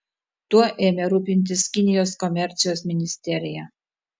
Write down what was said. tuo ėmė rūpintis kinijos komercijos ministerija